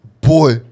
Boy